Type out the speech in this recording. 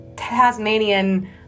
Tasmanian